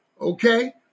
Okay